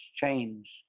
change